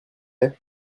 est